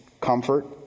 comfort